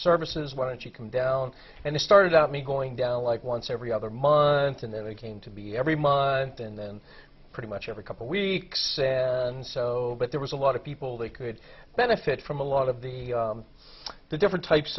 services why don't you come down and they started out me going down like once every other month and then it came to be every month and then pretty much every couple weeks and so but there was a lot of people that could benefit from a lot of the different types